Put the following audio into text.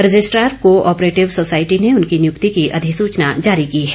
registrar cooperative society ने उनकी नियूक्ति की अधिसूचना जारी की है